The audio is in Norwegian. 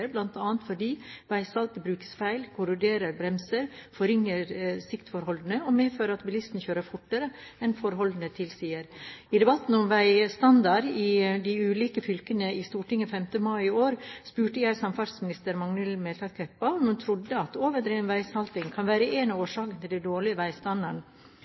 fordi veisaltet brukes feil, korroderer bremser, forringer siktforholdene og medfører at bilister kjører fortere enn forholdene tilsier. I debatten om veistandarden i de ulike fylkene i Stortinget 3. mai i år spurte jeg samferdselsminister Magnhild Meltveit Kleppa om hun trodde at overdreven veisalting kan være en av årsakene til den dårlige veistandarden,